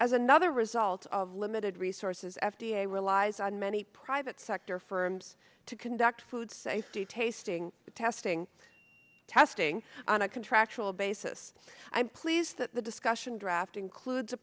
as another result of limited resources f d a relies on many private sector firms to conduct food safety tasting testing testing on a contractual basis i'm pleased that the discussion draft includes a